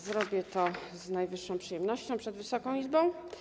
Zrobię to z największą przyjemnością przed Wysoką Izbą.